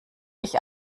ich